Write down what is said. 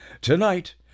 Tonight